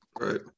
Right